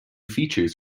features